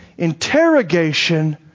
Interrogation